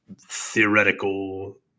theoretical